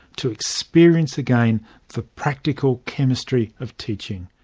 to experience again the practical chemistry of teaching.